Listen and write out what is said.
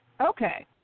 Okay